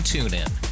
TuneIn